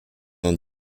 und